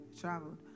Traveled